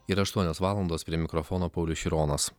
yra aštuonios valandos prie mikrofono paulius šironas